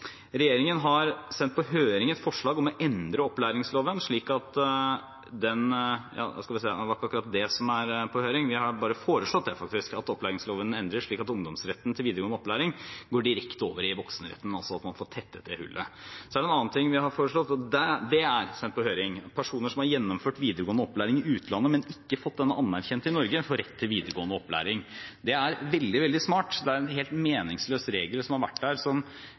Regjeringen har sendt på høring et forslag om å endre opplæringsloven – nå skal vi se, det er ikke det som er på høring, vi har bare foreslått at opplæringsloven endres, slik at ungdomsretten til videregående opplæring går direkte over i voksenretten, slik at man får tettet det hullet. En annen ting vi har foreslått, og det er sendt på høring, er at personer som har gjennomført videregående opplæring i utlandet, men ikke fått den anerkjent i Norge, får rett til videregående opplæring. Det er veldig, veldig smart. Det er en helt meningsløs regel som har vært der, som